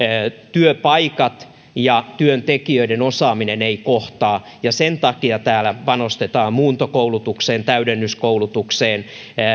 työpaikat ja työntekijöiden osaaminen eivät kohtaa ja sen takia täällä panostetaan muuntokoulutukseen täydennyskoulutukseen